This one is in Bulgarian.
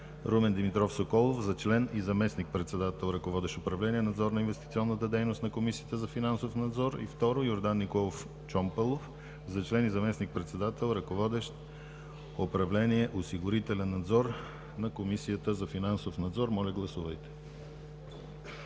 Румен Димитров Соколов за член и заместник-председател, ръководещ управление „Надзор на инвестиционната дейност“ на Комисията за финансов надзор. 2. Йордан Николов Чомпалов за член и заместник-председател, ръководещ управление „Осигурителен надзор“ на Комисията за финансов надзор.“ Моля, гласувайте.